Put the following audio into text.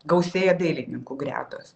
gausėja dailininkų gretos